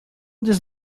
this